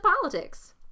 politics